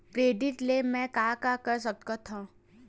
Credit ले मैं का का कर सकत हंव?